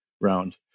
round